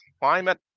climate